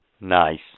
Nice